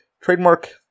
Trademark